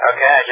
Okay